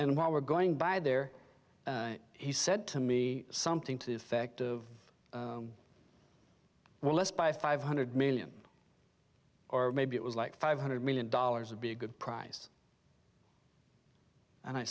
and while we're going by there he said to me something to effect well let's buy five hundred million or maybe it was like five hundred million dollars would be a good price and i